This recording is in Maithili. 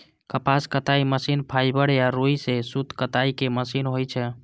कपास कताइ मशीन फाइबर या रुइ सं सूत कताइ के मशीन होइ छै